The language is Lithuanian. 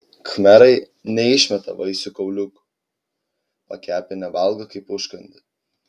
khmerai neišmeta vaisių kauliukų pakepinę valgo kaip užkandį